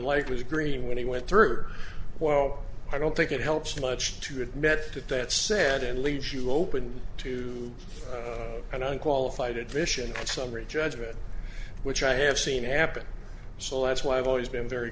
like was green when he went through well i don't think it helps much to admit to that said and leaves you open to an unqualified admission summary judgment which i have seen happen so that's why i've always been very